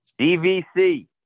DVC